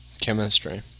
chemistry